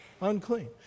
Unclean